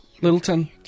Littleton